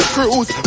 Cruise